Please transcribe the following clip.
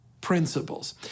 principles